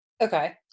Okay